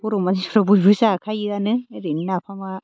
बर' मानसिफोरा बयबो जाखायोआनो ओरैनो नाफामा